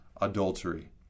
adultery